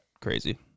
crazy